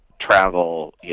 travel